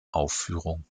aufführung